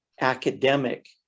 academic